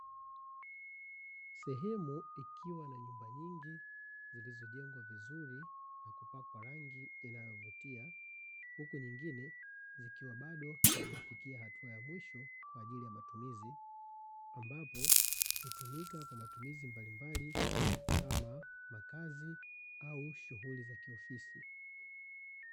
Sehemu ikiwa na nyumba nyingi zilizojengwa vizuri na kupakwa rangi inayovutia, huku nyingine zikiwa bado hazijafikia hatua ya mwisho kwa ajili ya matumizi, ambapo hutumika kwa matumizi mbalimbali kama makazi au shughuli za kiofisi.